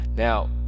Now